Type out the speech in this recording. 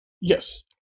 Yes